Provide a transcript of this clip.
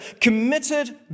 committed